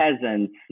peasants